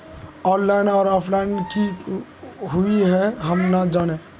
Online आर offline की हुई है हम ना जाने?